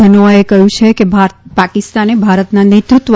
ધનોઆએ કહ્યું છે કે પાકિસ્તાને ભારતના નેતૃત્વ